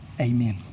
Amen